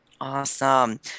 Awesome